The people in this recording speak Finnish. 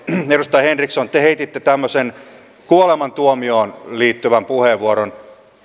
edustaja henriksson te te heititte tämmöisen kuolemantuomioon liittyvän puheenvuoron